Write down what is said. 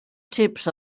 tips